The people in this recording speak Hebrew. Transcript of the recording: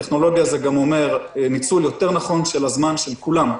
טכנולוגיה זה גם אומר ניצול נכון יותר של הזמן של כולם,